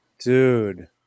Dude